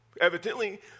Evidently